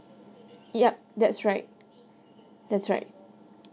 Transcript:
yup that's right that's right